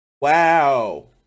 Wow